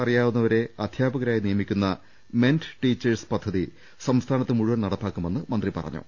ഗോത്രഭാഷ അറിയാവുന്നവരെ അധ്യാപകരായി നിയമിക്കുന്ന മെന്റ് ടീച്ചേഴ്സ് പദ്ധതി സംസ്ഥാനത്ത് മുഴുവൻ നടപ്പാക്കുമെന്ന് മന്ത്രി പറഞ്ഞു